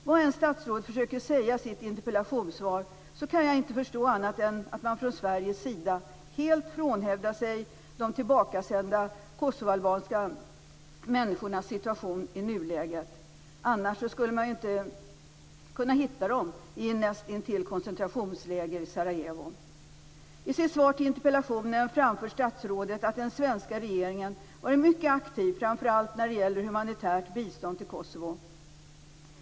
Vad än statsrådet försöker säga i sitt interpellationssvar kan jag inte förstå annat än att man från Sveriges sida helt frånhänt sig ansvaret för de tillbakasända kosovoalbanska människornas situation i nuläget. Annars skulle man ju inte kunna hitta dem i ett näst intill koncentrationsläger i Sarajevo. I sitt svar på interpellationen framför statsrådet att den svenska regeringen har varit mycket aktiv framför allt när det gäller humanitärt bistånd till Kosovo.